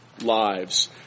lives